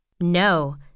No